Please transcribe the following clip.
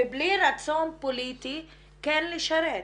ובלי רצון פוליטי כן לשרת.